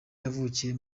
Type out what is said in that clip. yavukiye